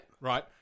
Right